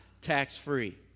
tax-free